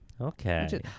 Okay